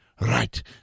right